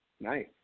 Nice